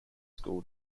school